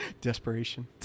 desperation